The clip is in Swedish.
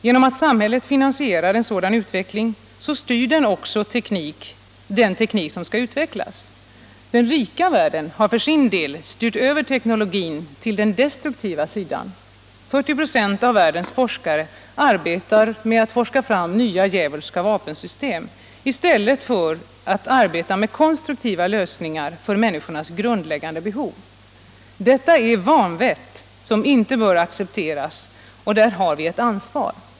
Genom att samhället finansierar en sådan utveckling styr man också den teknik som skall utvecklas. Den rika världen har för sin del styrt över teknologin till den destruktiva sidan. 40 96 av världens forskare arbetar med att forska fram nya djävulska vapensystem, i stället för att arbeta med konstruktiva lösningar för människornas grundläggande behov. Detta är vanvett som inte bör accepteras, och där har vi ett ansvar.